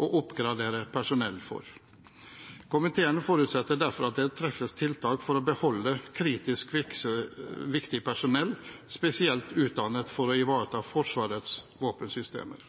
og oppgradere personell for. Komiteen forutsetter derfor at det treffes tiltak for å beholde kritisk viktig personell spesielt utdannet for å ivareta Forsvarets våpensystemer.